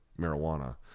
marijuana